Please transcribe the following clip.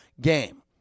game